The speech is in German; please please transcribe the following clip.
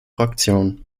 fraktion